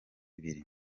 ibiri